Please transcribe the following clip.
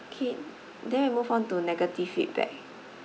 okay then we move on to negative feedback